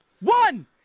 one